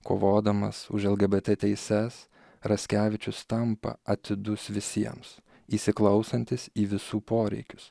kovodamas už lgbt teises raskevičius tampa atidus visiems įsiklausantis į visų poreikius